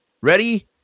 Ready